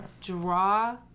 draw